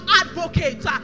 advocate